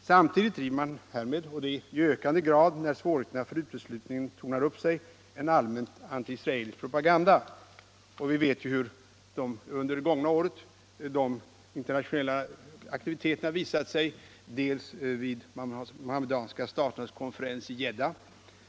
Samtidigt härmed driver man — och det i ökande grad i takt med att svårigheterna tornar upp sig — en allmänt antiisraelisk propaganda. Vi vet hur aktiviteterna har lagts upp under det gångna året, bl.a. vid de muhammedanska staternas konferens i Djidda,